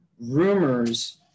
Rumors